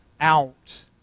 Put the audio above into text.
out